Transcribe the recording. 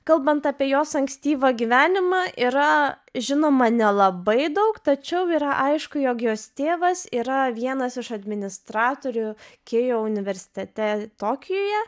kalbant apie jos ankstyvą gyvenimą yra žinoma nelabai daug tačiau yra aišku jog jos tėvas yra vienas iš administratorių kėjo universitete tokijuje